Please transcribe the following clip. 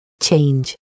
Change